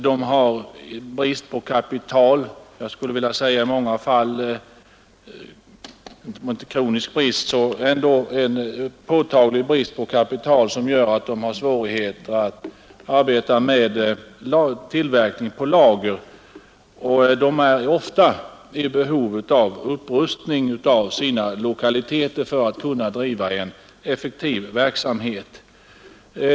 De har i många fall en påtaglig brist på kapital som gör att de har svårigheter att arbeta med tillverkning på lager. De behöver ofta upprusta sina lokaliteter för att kunna driva en effektiv verksamhet.